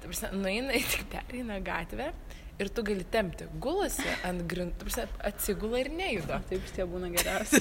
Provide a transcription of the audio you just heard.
ta prasme nu jinai pereina gatvę ir tu gali tempti gulasi ant grindų atsigula ir nejuda taip būna geriausia